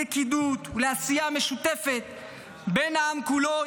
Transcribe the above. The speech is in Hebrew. ללכידות ולעשייה משותפת בין העם כולו,